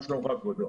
מה שלומך, כבודו?